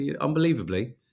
Unbelievably